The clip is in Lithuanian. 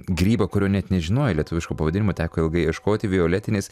grybą kurio net nežinojai lietuviško pavadinimo teko ilgai ieškoti violetinis